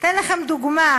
אתן לכם דוגמה: